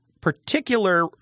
particular –